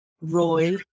Roy